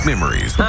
Memories